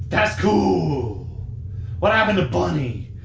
dats cooooool what happened to bunny?